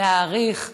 להעריך,